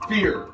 Fear